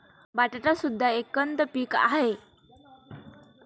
बटाटा सुद्धा एक कंद पीक आहे